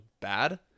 bad